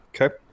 Okay